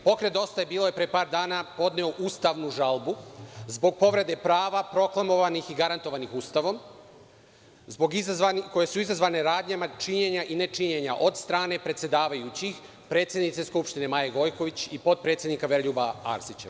Pokret „Dosta je bilo“ je pre par dana podneo ustavnu žalbu zbog povrede prava proklamovanih i garantovanih Ustavom, koje su izazvane radnjama činjenja i nečinjenja od strane predsedavajućih, predsednice Skupštine Maje Gojković i potpredsednika Veroljuba Arsića.